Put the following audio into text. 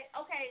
okay